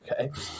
Okay